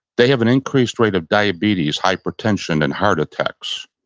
they have an increased rate of diabetes, hypertension, and heart attacks.